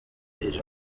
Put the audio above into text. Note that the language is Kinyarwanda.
iri